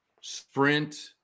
sprint